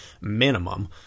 minimum